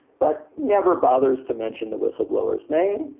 but never bothers to mention the whistleblower's name.